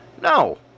No